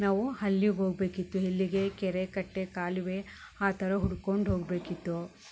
ನಾವು ಅಲ್ಲಿಗೆ ಹೋಗಬೇಕಿತ್ತು ಅಲ್ಲಿಗೆ ಕೆರೆ ಕಟ್ಟೆ ಕಾಲುವೆ ಆ ಥರ ಹುಡ್ಕೊಂಡು ಹೋಗಬೇಕಿತ್ತು